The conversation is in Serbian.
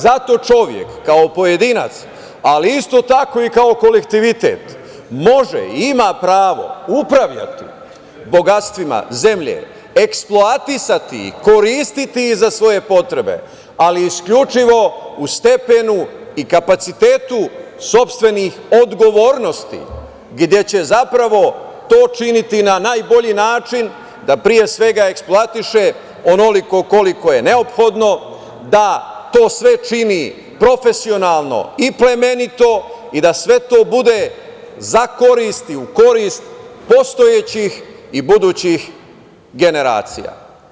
Zato čovek kao pojedinac, ali isto tako kao i kao kolektivitet može i ima pravo upravljati bogatstvima zemlje, eksploatisati ih, koristiti za svoje potrebe, ali isključivo u stepenu i kapacitetu sopstvenih odgovornosti, gde će zapravo to činiti na najbolji način, da pre svega eksploatiše onoliko koliko je neophodno, da to sve čini profesionalno i plemenito i da sve to bude za korist i u korist postojećih i budućih generacija.